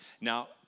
Now